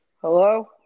Hello